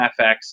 FX